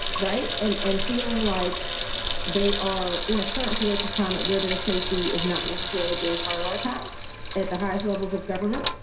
right. and and feeling like they are in a current political climate where their safety is not necessarily being prioritized at the highest levels of government.